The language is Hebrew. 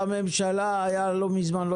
לממשלה היה לא מזמן משרד התיישבות,